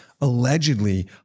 Allegedly